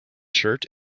shirt